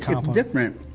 it's different,